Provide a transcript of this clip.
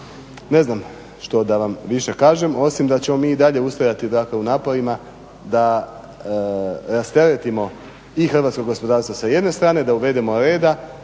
Ne znam što da vam više kažem osim da ćemo mi i dalje ustrajati dakle u naporima da rasteretimo i hrvatsko gospodarstvo sa jedne strane, da uvedemo reda,